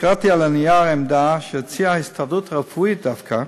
קראתי על נייר העמדה שהוציאה ההסתדרות הרפואית דווקא